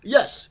Yes